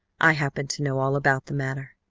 i happen to know all about the matter.